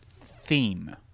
theme